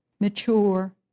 mature